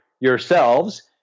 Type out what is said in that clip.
yourselves